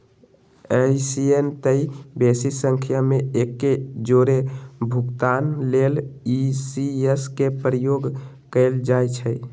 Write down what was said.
अइसेए तऽ बेशी संख्या में एके जौरे भुगतान लेल इ.सी.एस के प्रयोग कएल जाइ छइ